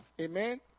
Amen